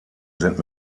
sind